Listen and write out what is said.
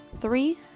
three